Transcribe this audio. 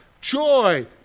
joy